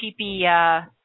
cheapy